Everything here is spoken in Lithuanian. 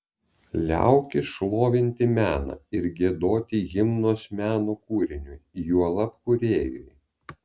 liaukis šlovinti meną ir giedoti himnus meno kūriniui juolab kūrėjui